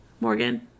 Morgan